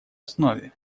основе